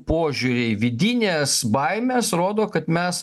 požiūriai vidinės baimės rodo kad mes